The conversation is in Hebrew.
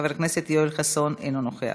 חבר הכנסת יואל חסון אינו נוכח,